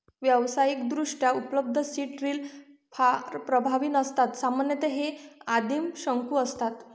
व्यावसायिकदृष्ट्या उपलब्ध seed drill फार प्रभावी नसतात सामान्यतः हे आदिम शंकू असतात